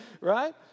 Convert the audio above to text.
right